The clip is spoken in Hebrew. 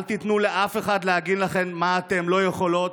אל תיתנו לאף אחד להגיד לכן מה אתן לא יכולות,